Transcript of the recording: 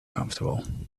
comfortable